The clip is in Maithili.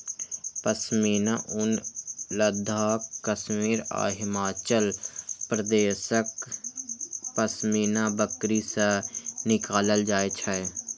पश्मीना ऊन लद्दाख, कश्मीर आ हिमाचल प्रदेशक पश्मीना बकरी सं निकालल जाइ छै